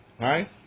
Right